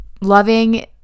loving